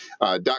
dot